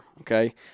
okay